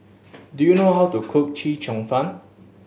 do you know how to cook Chee Cheong Fun